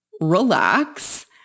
relax